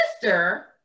sister